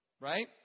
Right